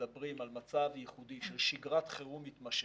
על מצב ייחודי של שגרת חירום מתמשכת,